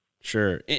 Sure